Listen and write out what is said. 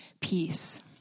peace